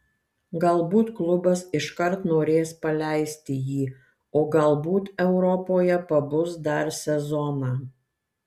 galbūt klubas iškart norės paleisti jį o galbūt europoje pabus dar sezoną